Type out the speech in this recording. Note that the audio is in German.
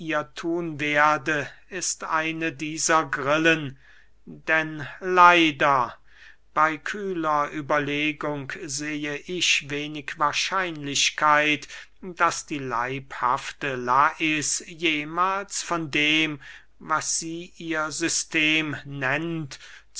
thun werde ist eine dieser grillen denn leider bey kühler überlegung sehe ich wenig wahrscheinlichkeit daß die leibhafte lais jemahls von dem was sie ihr system nennt